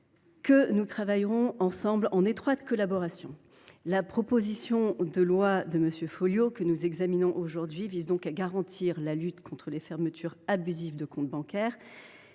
que nous agirons en étroite collaboration. La proposition de loi de M. Folliot que nous examinons aujourd’hui vise à lutter contre les fermetures abusives de comptes bancaires.